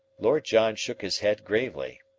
lord john shook his head gravely.